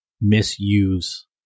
misuse